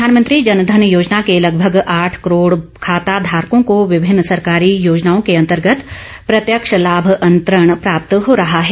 प्रधानमंत्री जनधन योजना के लगभग आठ करोड खाता धारकों को विभिन्न सरकारी योजनाओं के अंतर्गत प्रत्यक्ष लाभ अंतरण प्राप्त हो रहा है